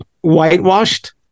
whitewashed